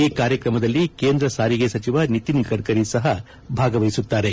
ಈ ಕಾರ್ಯಕ್ರಮದಲ್ಲಿ ಕೇಂದ್ರ ಸಾರಿಗೆ ಸಚಿವ ನಿತಿನ್ ಗಡ್ಕರಿ ಸಹ ಭಾಗವಹಿಸುತ್ತಾರೆ